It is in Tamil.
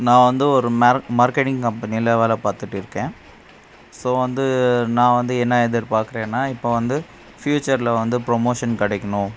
நான் வந்து ஒரு மார்கட்டிங் கம்பெனியில் வேலை பார்த்துட்டு இருக்கேன் ஸோ வந்து நான் வந்து என்ன எதிர்பார்க்கிறேனா இப்போ வந்து பியூச்சரில் வந்து ப்ரமோஷன் கிடைக்கணும்